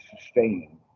sustaining